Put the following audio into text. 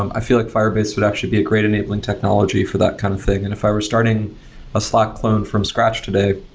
i feel like firebase would actually be a great enabling enabling technology for that kind of thing, and if i were starting a slack clone from scratch today,